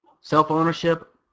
self-ownership